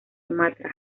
sumatra